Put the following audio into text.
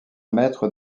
maître